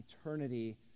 eternity